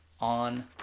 on